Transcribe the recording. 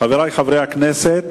חברי חברי הכנסת,